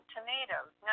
Tomatoes